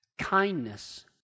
Kindness